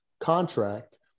contract